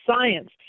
science